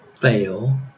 fail